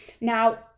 Now